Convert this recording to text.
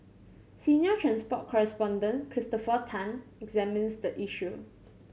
senior transport correspondent Christopher Tan examines the issue